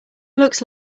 looks